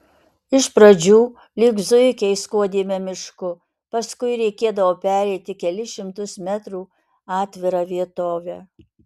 iš pradžių lyg zuikiai skuodėme mišku paskui reikėdavo pereiti kelis šimtus metrų atvira vietove